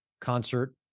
concert